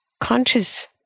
conscious